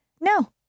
no